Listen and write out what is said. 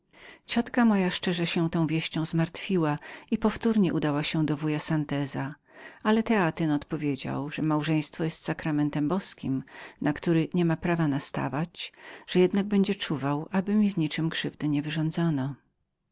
ciotka moja szczerze się tą wieścią zmartwiła powtórnie więc udała się do wuja santeza ale teatyn odpowiedział że małżeństwo było sakramentem boskim na który nie miał prawa nastawania że jednak będzie czuwał aby mi w niczem krzywdy nie wyrządzono